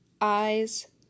eyes